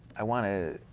i want to,